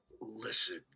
listen